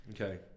Okay